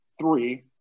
three